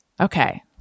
Okay